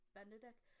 Benedict